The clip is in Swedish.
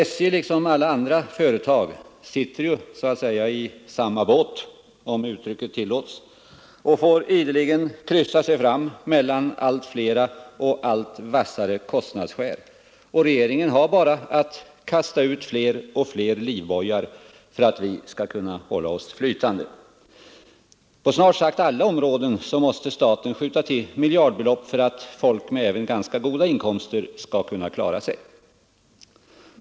SJ sitter ju — om uttrycket tillåts — i samma båt som alla andra företag och får ideligen kryssa sig fram mellan allt flera och allt vassare kostnadsskär. Regeringen har bara att kasta ut fler och fler livbojar för att vi skall kunna hålla oss flytande. På snart sagt alla områden måste staten skjuta till miljardbelopp för att folk med även ganska goda inkomster skall kunna klara sig.